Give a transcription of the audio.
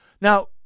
Now